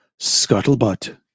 scuttlebutt